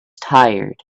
tired